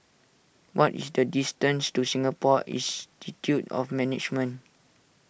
what is the distance to Singapore Institute of Management